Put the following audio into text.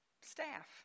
staff